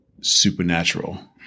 Supernatural